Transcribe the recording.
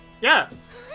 Yes